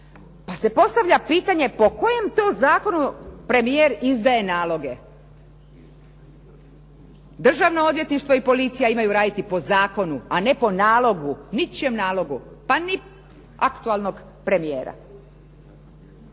Pa se postavlja pitanje po kojem to zakonu premijer izdaje naloge. Državno odvjetništvo i policija imaju raditi po zakonu a ne po nalogu, ničijem nalogu pa ni aktualnog premijera.